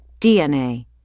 DNA